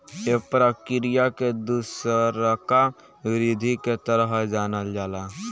ए प्रक्रिया के दुसरका वृद्धि के तरह जानल जाला